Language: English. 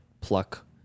pluck